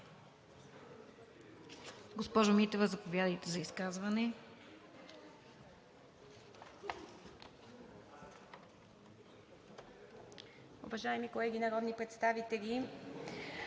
Госпожо Митева, заповядайте за изказване.